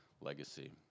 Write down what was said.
legacy